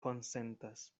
konsentas